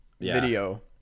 video